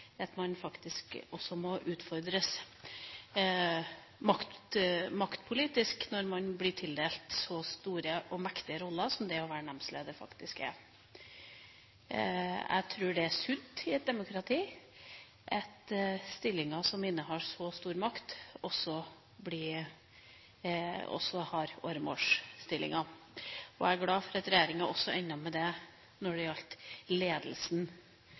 utfordres man faktisk også maktpolitisk. Jeg tror det er sunt i et demokrati at stillinger som innebærer så mye makt, også er åremålsstillinger. Jeg er glad for at regjeringa også endte opp med det når det gjaldt ledelsen